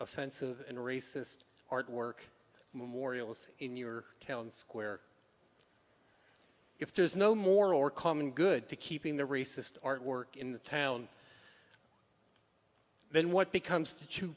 offensive and racist artwork memorials in your town square if there's no more or common good to keeping the racist artwork in the town then what becomes to